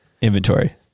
inventory